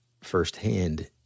firsthand